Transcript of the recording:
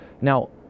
Now